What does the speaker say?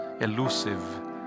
elusive